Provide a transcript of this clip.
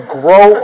grow